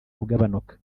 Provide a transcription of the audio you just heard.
ugabanuka